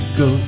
go